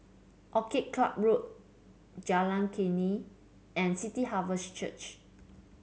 Orchid Club Road Jalan Klinik and City Harvest Church